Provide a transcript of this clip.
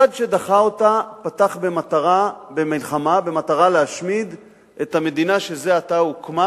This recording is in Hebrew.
הצד שדחה אותה פתח במלחמה במטרה להשמיד את המדינה שזה עתה הוקמה,